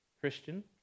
Christian